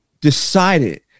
decided